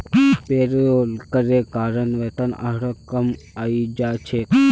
payroll करे कारण वेतन आरोह कम हइ जा छेक